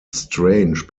strange